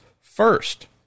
first